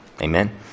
Amen